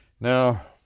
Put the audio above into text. Now